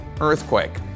earthquake